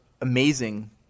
amazing –